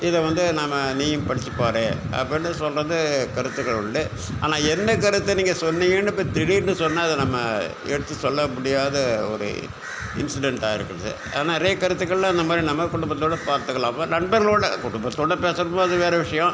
இதை வந்து நாம நீயும் படிச்சு பாரு அப்படின்னு சொல்கிறது கருத்துகள் உண்டு ஆனால் என்ன கருத்து நீங்கள் சொன்னீங்கன்னு இப்போ திடீர்ன்னு சொன்னால் நம்ம எடுத்து சொல்ல முடியாத ஒரு இன்ஸ்சிடன்டா இருக்குது ஆனால் நிறைய கருத்துக்களில் நம்ம நம்ம குடும்பத்தோடு பார்த்துக்கலாம் அப்போ நண்பர்களோடு குடும்பத்தோடு பேசணும் போது அது வேற விஷயம்